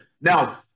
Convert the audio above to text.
Now